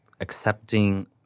accepting